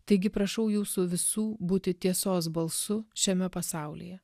taigi prašau jūsų visų būti tiesos balsu šiame pasaulyje